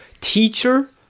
teacher